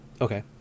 Okay